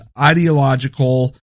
ideological